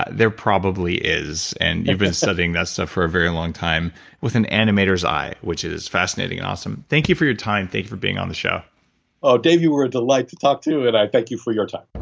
there probably is and you've been studying that stuff for a very long time with an animator's eye which is fascinating, and awesome. thank you for your time. thank you for being on the show ah dave, you were a delight to talk to and i thank you for your time